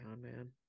man